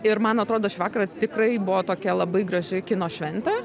ir man atrodo šį vakarą tikrai buvo tokia labai graži kino šventė